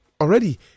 already